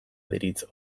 deritzo